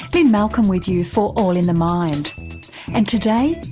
lynne malcolm with you for all in the mind and today,